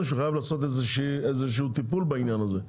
שהוא חייב לעשות איזה שהוא טיפול בעניין הזה,